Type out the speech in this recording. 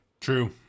true